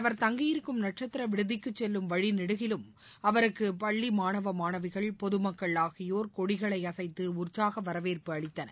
அவர் தங்கியிருக்கும் நட்சத்திர விடுதிக்கு செல்லும் வழிநெடுகிலும் அவருக்கு பள்ளி மாணவ மாணவிகள் பொதுமக்கள் ஆகியோர் கொடிகளை அசைத்து உற்சாக வரவேற்பு அளித்தனர்